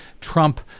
Trump